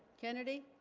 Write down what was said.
kennedy